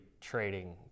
trading